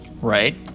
Right